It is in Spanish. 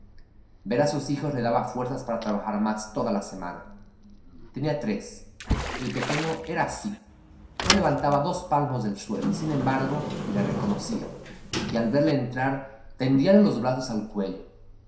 ver a sus hijos le daba fuerzas para trabajar más toda la semana tenía tres el pequeño era así no levantaba dos palmos del suelo y sin embargo le reconocía y al verle entrar tendíale los brazos al cuello